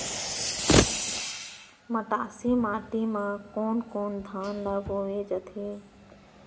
मटासी माटी मा कोन कोन धान ला बोये जाथे?